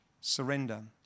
surrender